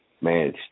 man